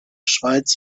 schweiz